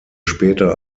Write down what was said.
später